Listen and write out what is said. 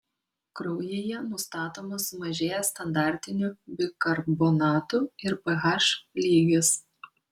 kraujyje nustatomas sumažėjęs standartinių bikarbonatų ir ph lygis